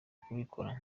kubikora